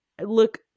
look